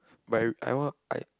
but re~ I want I